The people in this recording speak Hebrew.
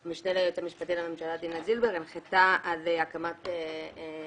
שבעקבותיהם המשנה ליועץ המשפטי לממשלה דינה זילבר הנחתה על הקמת ועדה